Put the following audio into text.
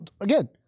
again